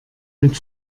mit